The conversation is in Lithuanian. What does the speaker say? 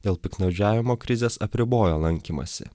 dėl piktnaudžiavimo krizės apribojo lankymąsi